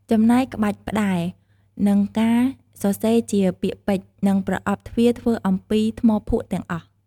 ចំណែកក្បាច់ផ្តែរ និងការសរសេរជាពាក្យពេចន៍ និងប្រអប់ទ្វារធ្វើអំពីថ្មភក់ទាំងអស់។